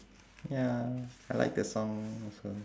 ya I like the song also